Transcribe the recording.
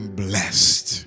blessed